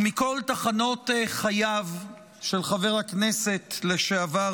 ומכל תחנות חייו של חבר הכנסת לשעבר